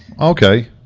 Okay